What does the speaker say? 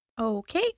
Okay